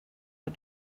but